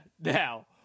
now